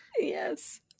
Yes